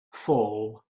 fall